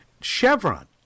Chevron